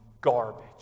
garbage